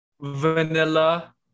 Vanilla